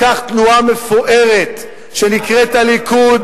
לקח תנועה מפוארת שנקראת הליכוד,